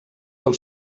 del